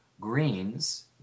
greens